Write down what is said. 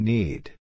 Need